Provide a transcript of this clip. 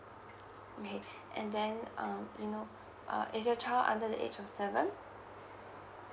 may and then um you know uh is your child under the age of seven